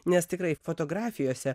nes tikrai fotografijose